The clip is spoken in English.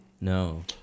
No